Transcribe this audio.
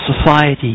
society